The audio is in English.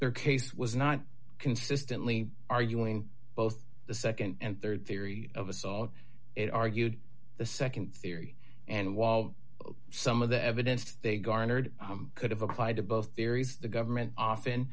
their case was not consistently arguing both the nd and rd theory of assault it argued the nd theory and while some of the evidence they garnered could have applied to both theories the government often